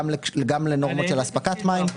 גם לנורמות של אספקת מים.